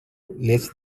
less